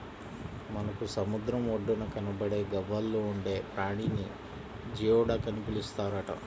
మనకు సముద్రం ఒడ్డున కనబడే గవ్వల్లో ఉండే ప్రాణిని జియోడక్ అని పిలుస్తారట